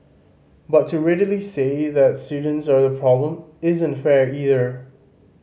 but to readily say that students are the problem isn't fair either